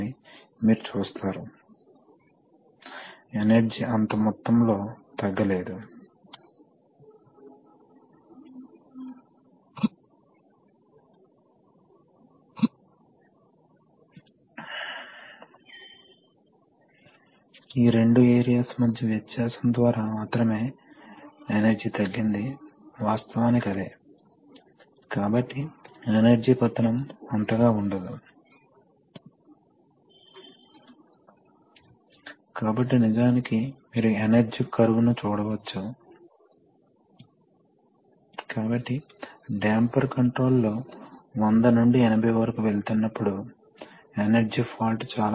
కాబట్టి కంప్రెసర్ ఉదాహరణకు ఇది ఒక సాధారణ కంప్రెసర్ ఇది ఒక ఐసి ఇంజిన్ తో నడిచే కంప్రెసర్ మరియు ఇది కంప్రెస్డ్ ఎయిర్ సప్లై చిత్రంలో చూడగలము ఇది అక్క్యూమ్లేటార్ మరియు ఇది పోర్టబుల్ అనిపిస్తోంది ఇది నెట్ నుండి డౌన్లోడ్ చేయబడిన మీకు తెలిసిన చిత్రం